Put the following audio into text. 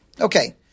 Okay